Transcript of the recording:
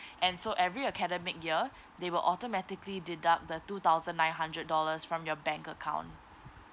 and so every academic year they will automatically deduct the two thousand nine hundred dollars from your bank account